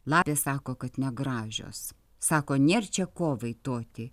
lapė sako kad negražios sako nėr čia ko vaitoti